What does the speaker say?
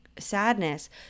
sadness